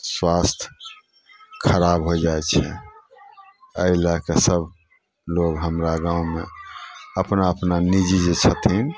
स्वास्थ खराब होइ जाइ छै अइ लए कऽ सबलोग हमरा गाँवमे अपना अपना निजी जे छथिन